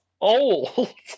old